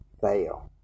fail